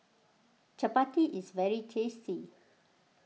Chapati is very tasty